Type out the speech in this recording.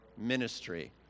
ministry